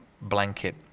blanket